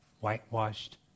Whitewashed